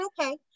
okay